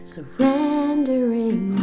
Surrendering